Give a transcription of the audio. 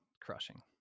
crushing